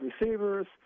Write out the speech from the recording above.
receivers